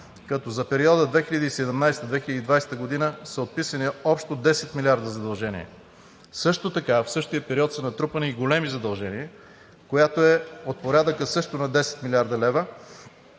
като за периода 2017 – 2020 г. са отписани общо 10 млрд. лв. задължения. Също така в същия период са натрупани и големи задължения, което е от порядъка също на 10 млрд. лв.,